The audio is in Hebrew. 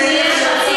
חברת הכנסת מיש עתיד,